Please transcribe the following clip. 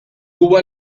huwa